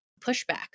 pushback